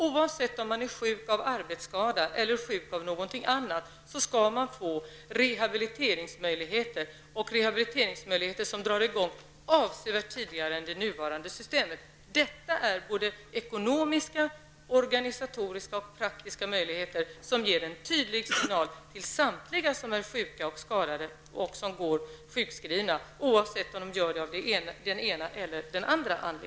Oavsett om man är sjuk av arbetsskada eller av någon annan orsak, skall man få möjlighet till rehabilitering, som sätts in avsevärt tidigare än det är möjligt med nuvarande system. Detta är såväl ekonomiska som organisatoriska och praktiska möjligheter som ger en tydlig signal till samtliga som är sjuka och skadade och som är sjukskrivna, oavsett vilken orsak som ligger bakom.